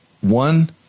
one